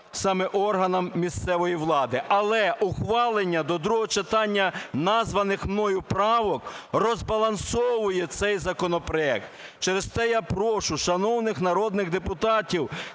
саме органам місцевої влади. Але ухвалення до другого читання названих мною правок розбалансовує цей законопроект. Через це я прошу шановних народних депутатів